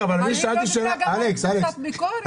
אני שאלתי גם על קבוצת הביקורת.